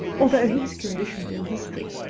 although he's conditioned in history.